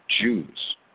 Jews